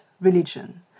religion